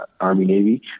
Army-Navy